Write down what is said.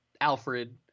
Alfred